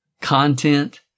content